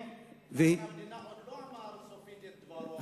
מבקר המדינה לא אמר סופית את דברו.